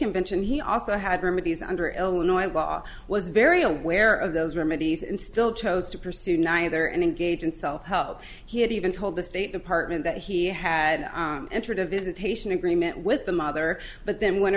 convention he also had remedies under illinois law was very aware of those remedies and still chose to pursue neither and engage in self help he had even told the state department that he had entered a visitation agreement with the mother but then went